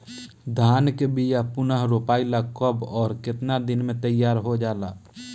धान के बिया पुनः रोपाई ला कब और केतना दिन में तैयार होजाला?